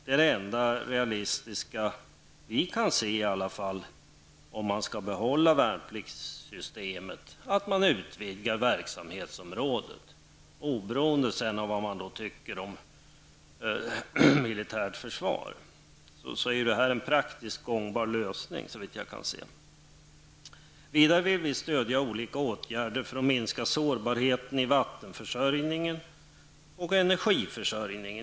Det enda realistiska alternativet, som vi ser saken och om värnpliktssystemet nu skall behållas, är att verksamhetsområdet utvidgas. Oberoende av vad man sedan tycker om det militära försvaret är det här en praktiskt gångbar lösning såvitt jag förstår. Vidare vill vi stödja olika åtgärder för att minska sårbarheten i fråga om vattenförsörjning och energiförsörjning.